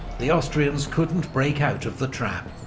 the austrians couldn't break out of the trap.